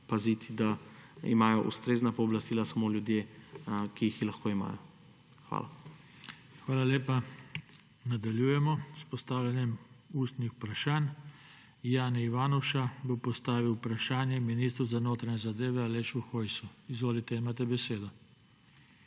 da imajo ustrezna pooblastila samo ljudje, ki jih lahko imajo. Hvala. PODPREDSEDNIK JOŽE TANKO: Hvala lepa. Nadaljujemo s postavljanjem ustnih vprašanj. Jani Ivanuša bo postavil vprašanje ministru za notranje zadeve Alešu Hojsu. Izvolite, imate besedo.